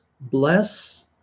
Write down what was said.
bless